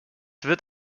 wird